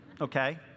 okay